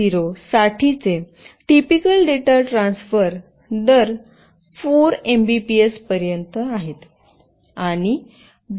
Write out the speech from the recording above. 0 साठीचे typical data transfer दर 4 Mbps पर्यंत आहेत